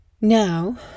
Now